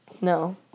No